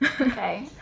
okay